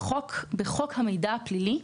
בחוק המידע הפלילי,